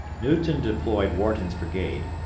newton deployed wharton's brigade,